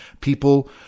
people